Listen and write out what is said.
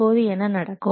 இப்போது என்ன நடக்கும்